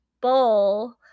bowl